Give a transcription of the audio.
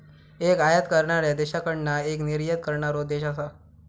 एक आयात करणाऱ्या देशाकडना एक निर्यात करणारो देश असा